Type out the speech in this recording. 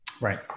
Right